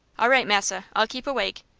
all right, massa, i'll keep awake.